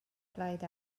blaid